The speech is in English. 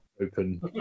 open